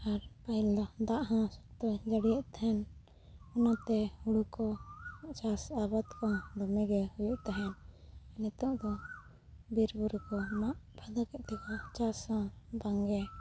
ᱟᱨ ᱯᱟᱹᱦᱤᱞ ᱫᱚ ᱫᱟᱜ ᱦᱚᱸ ᱥᱚᱠᱛᱚᱭ ᱡᱟᱹᱲᱤᱭᱮᱫ ᱛᱟᱦᱮᱱ ᱚᱱᱟᱛᱮ ᱦᱩᱲᱩ ᱠᱚ ᱪᱟᱥ ᱟᱵᱟᱫ ᱠᱚ ᱫᱚᱢᱮ ᱜᱮ ᱦᱩᱭᱩᱜ ᱛᱟᱦᱮᱱ ᱱᱤᱛᱚᱜ ᱫᱚ ᱵᱤᱨ ᱵᱩᱨᱩ ᱠᱚ ᱢᱟᱜ ᱯᱷᱟᱫᱟ ᱠᱮᱫ ᱛᱮᱠᱚ ᱪᱟᱥᱼᱟ ᱵᱟᱝ ᱜᱮ